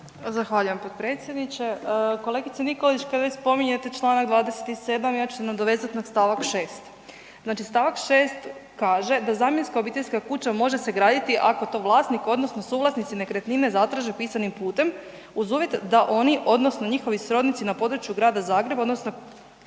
Zahvaljujem potpredsjedniče. Kolegice Nikolić kada već spominjete čl. 27. ja ću se nadovezati na st. 6. znači st. 6. kaže da „zamjenska obiteljska kuća može se graditi ako to vlasnik odnosno suvlasnici nekretnine zatraže pisanim putem uz uvjet da oni odnosno njihovi srodnici na području Grada Zagreba odnosno